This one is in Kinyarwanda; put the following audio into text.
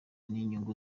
n’inyungu